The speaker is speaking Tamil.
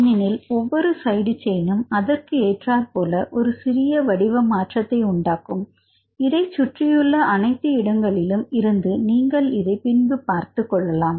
ஏனெனில் ஒவ்வொரு சைடு செயினும் அதற்கு ஏற்றார்போல ஒரு சிறிய வடிவ மாற்றத்தை உண்டாக்கும் இதை சுற்றியுள்ள அனைத்து இடங்களிலும் இருந்து நீங்கள் இதை பின்பு பார்த்துக் கொள்ளலாம்